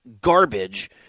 garbage